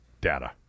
data